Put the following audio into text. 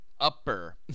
Upper